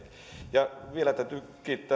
ja niin edelleen vielä täytyy